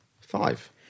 five